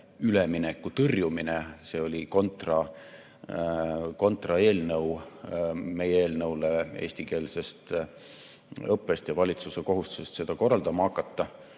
ülemineku tõrjumine. See oli kontraeelnõu meie eelnõule eestikeelsest õppest ja valitsuse kohustusest seda korraldama hakata.